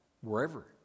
wherever